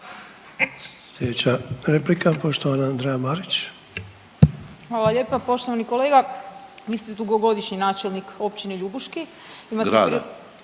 Marić. **Marić, Andreja (SDP)** Hvala lijepa poštovani kolega. Vi ste dugogodišnji načelnik općine Ljubuški …